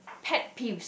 pet peeves